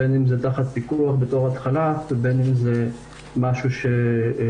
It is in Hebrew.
בין אם זה תחת פיקוח בתור התחלה ובין אם זה משהו שיישמר.